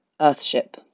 Earthship